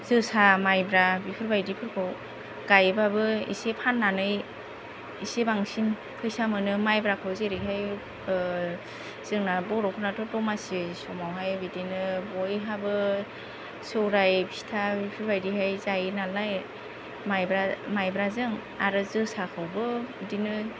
जोसा मायब्रा बेफोरबायदिफोरखौ गायोब्लाबो एसे फाननानै एसे बांसिन फैसा मोनो मायब्राखौ जेरैहाय जोंना बर'फोरनाथ' दमासि समावहाय बिदिनो बयहाबो सौराय फिथा बेफोरबायदिहाय जायो नालाय मायब्रा मायब्राजों आरो जोसाखौबो बिदिनो